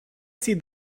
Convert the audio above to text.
see